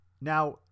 Now